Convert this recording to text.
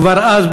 כבר אז,